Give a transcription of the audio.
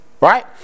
Right